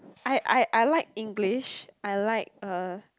I I I like English I like uh